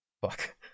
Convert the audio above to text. Fuck